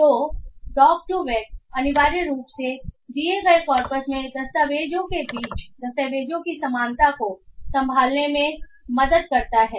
तो डॉक्2वेक् अनिवार्य रूप से दिए गए कॉर्पस में दस्तावेजों के बीच दस्तावेजों की समानता को संभालने में मदद करता है